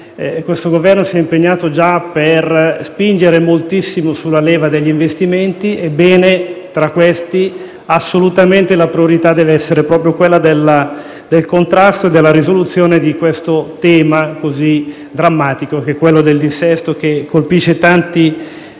questo Governo si è impegnato già per spingere moltissimo sulla leva degli investimenti. Ebbene, tra questi, la priorità assoluta deve essere proprio quella del contrasto e della risoluzione di questo problema così drammatico, quello del dissesto che colpisce tanti